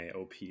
OP